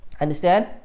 understand